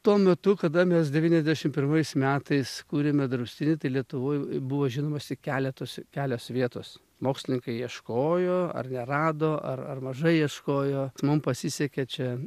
tuo metu kada mes devyniasdešim pirmais metais kūrėme draustinį tai lietuvoj buvo žinomos tik keletos tik kelios vietos mokslininkai ieškojo ar nerado ar mažai ieškojo mum pasisekė čia